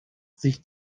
sich